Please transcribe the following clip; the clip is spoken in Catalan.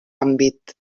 àmbit